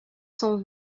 cent